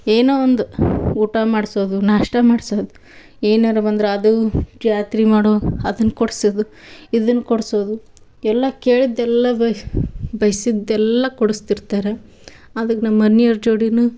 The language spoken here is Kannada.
ಏನೋ ಒಂದು ಊಟ ಮಾಡಿಸೋದು ನಾಷ್ಟ ಮಾಡ್ಸೋದು ಏನಾರೂ ಬಂದ್ರೆ ಅದೂ ಜಾತ್ರೆ ಮಾಡೋ ಅದನ್ನು ಕೊಡ್ಸೋದು ಇದನ್ನು ಕೊಡಿಸೋದು ಎಲ್ಲ ಕೇಳಿದ್ದೆಲ್ಲ ಬಯ್ಸಿ ಬಯಸಿದ್ದೆಲ್ಲಾ ಕೊಡಸ್ತಿರ್ತಾರೆ ಅದಕ್ಕೆ ನಮ್ಮ ಮನಿಯವ್ರ ಜೋಡಿಯೂ